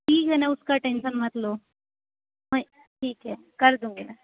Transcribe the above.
ठीक है ना उस का टेंशन मत लो मैं ठीक है कर दूँगी मैं